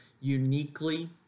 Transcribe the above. uniquely